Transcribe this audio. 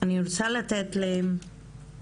אני רוצה לתת את זכות הדיבור